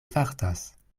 fartas